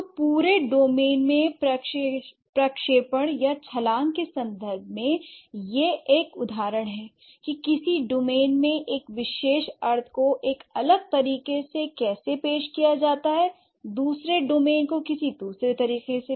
तो पूरे डोमेन में प्रक्षेपण या छलांग के संदर्भ में यह एक उदाहरण है कि किसी डोमेन में एक विशेष अर्थ को एक अलग तरीके से कैसे पेश किया जाता है दूसरे डोमेन को किसी दूसरे तरीके से